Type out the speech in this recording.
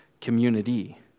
community